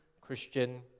Christian